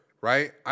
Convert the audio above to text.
right